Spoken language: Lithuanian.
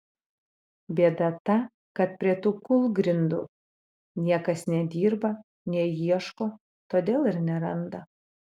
bėda ta kad prie tų kūlgrindų niekas nedirba neieško todėl ir neranda